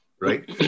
right